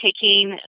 taking